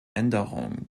änderung